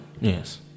Yes